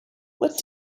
what